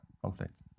conflict